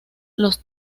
los